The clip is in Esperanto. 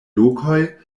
lokoj